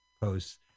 posts